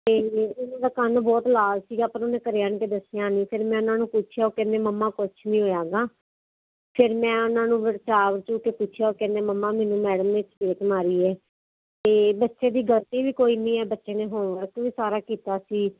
ਅਤੇ ਉਹਦਾ ਕੰਨ ਬਹੁਤ ਲਾਲ ਸੀਗਾ ਪਰ ਉਹਨੇ ਘਰੇ ਆਣ ਕੇ ਦੱਸਿਆ ਨਹੀਂ ਫਿਰ ਮੈਂ ਇਹਨਾਂ ਨੂੰ ਪੁੱਛਿਆ ਉਹ ਕਹਿੰਦੇ ਮਮਾ ਕੁਛ ਨਹੀਂ ਹੋਇਆ ਗਾ ਫਿਰ ਮੈਂ ਉਹਨਾਂ ਨੂੰ ਵਰਚਾ ਜੂ ਕੇ ਪੁੱਛਿਆ ਕਹਿੰਦੇ ਮਮਾ ਮੈਨੂੰ ਮੈਡਮ ਨੇ ਚਪੇੜ ਮਾਰੀ ਹੈ ਅਤੇ ਬੱਚੇ ਦੀ ਗਲਤੀ ਵੀ ਕੋਈ ਨਹੀਂ ਹੈ ਬੱਚੇ ਨੇ ਹੋਮ ਵਰਕ ਸਾਰਾ ਕੀਤਾ ਸੀ